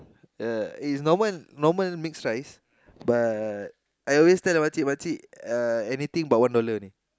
uh is normal normal mixed rice but I always tell the makcik makcik anything but one dollar only